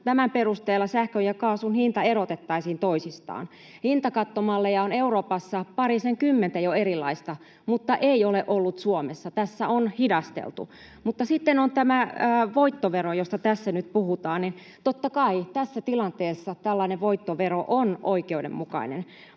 tämän perusteella sähkön ja kaasun hinta erotettaisiin toisistaan. Hintakattomalleja on Euroopassa jo parisenkymmentä erilaista, mutta ei ole ollut Suomessa. Tässä on hidasteltu. Mutta sitten on tämä voittovero, josta tässä nyt puhutaan. Totta kai tässä tilanteessa tällainen voittovero on oikeudenmukainen,